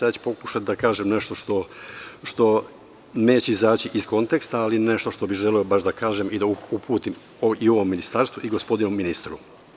Ja ću pokušati da kažem nešto što neće izaći iz konteksta, ali nešto što bih želeo baš da kažem i da uputim i ovom Ministarstvu i gospodinu ministru.